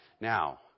Now